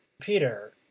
Peter